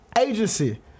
agency